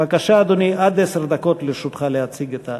בבקשה, אדוני, עד עשר דקות לרשותך להציג את החוק.